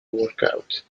workout